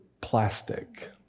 plastic